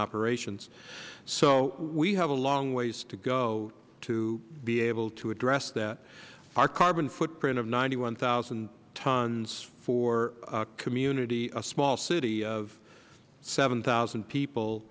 operations so we have a long ways to go to be able to address that our carbon footprint of ninety one thousand tons for a community a small city of seven thousand